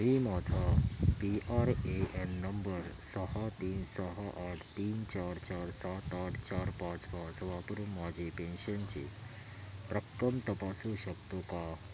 मी माझा P R A N number सहा तीन सहा आठ तीन चार चार सात आठ चार पाच पाच वापरून माझी पेन्शनची रक्कम तपासू शकतो का